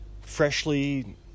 freshly